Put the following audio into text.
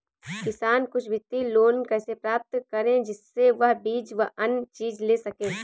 किसान कुछ वित्तीय लोन कैसे प्राप्त करें जिससे वह बीज व अन्य चीज ले सके?